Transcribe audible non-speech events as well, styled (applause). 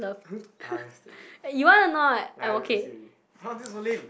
(laughs) I had like I see already !huh! this is so lame